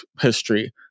history